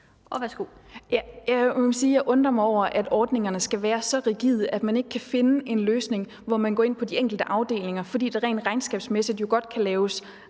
jeg undrer mig over, at ordningerne skal være så rigide, at man ikke kan finde en løsning, hvor man går ind på de enkelte afdelinger, for rent regnskabsmæssigt kan der